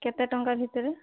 କେତେ ଟଙ୍କା ଭିତରେ